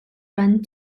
run